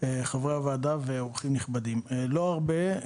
חברי הוועדה ואורחים נכבדים לא הרבה.